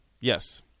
Yes